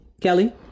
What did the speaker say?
Kelly